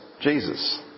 Jesus